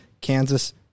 Kansas